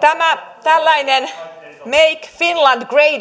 tämä tällainen make finland great